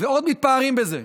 ועוד מתפארים בזה.